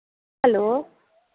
hello